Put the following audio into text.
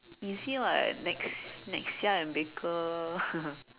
easy [what] nex~ Nexia and baker